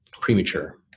premature